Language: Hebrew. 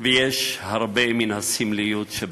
ויש הרבה מן הסמליות בדבר.